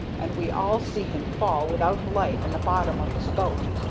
and we all see him fall without life in the bottom of his boat.